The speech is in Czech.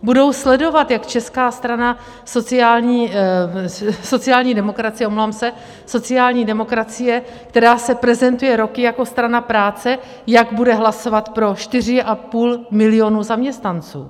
Budou sledovat, jak česká strana sociální, sociální demokracie, omlouvám se, sociální demokracie, která se prezentuje roky jako strana práce, jak bude hlasovat pro 4,5 milionu zaměstnanců.